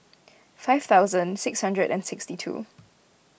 five thousand six hundred and sixty two